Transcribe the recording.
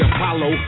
Apollo